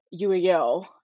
UAL